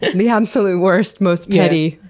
and the absolute worst, most petty,